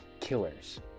killers